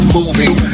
Moving